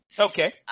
Okay